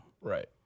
Right